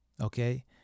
okay